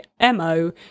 MO